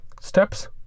Steps